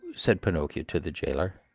said pinocchio to the jailer.